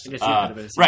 Right